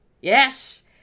yes